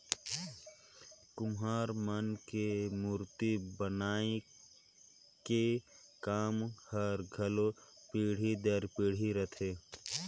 कुम्हार मन के मूरती बनई के काम हर घलो पीढ़ी दर पीढ़ी रहथे